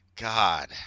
God